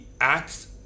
acts